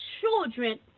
children